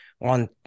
on